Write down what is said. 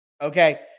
Okay